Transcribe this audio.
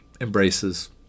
embraces